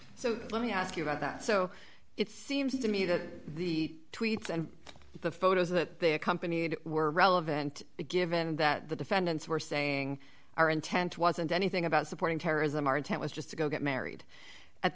so let me ask you about that so it seems to me that the tweets and the photos that they accompanied were relevant given that the defendants were saying our intent wasn't anything about supporting terrorism our intent was just to go get married at